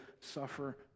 suffer